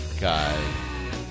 guy